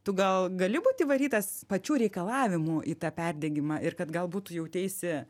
tu gal gali būt įvarytas pačių reikalavimų į tą perdegimą ir kad galbūt tu jauteisi